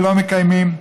ולא מקיימים,